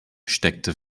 steckte